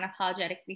unapologetically